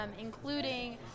including